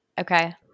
Okay